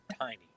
tiny